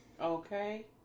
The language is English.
Okay